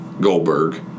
Goldberg